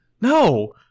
No